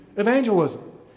evangelism